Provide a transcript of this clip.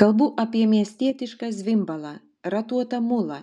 kalbu apie miestietišką zvimbalą ratuotą mulą